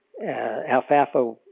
Alfalfa